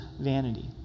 vanity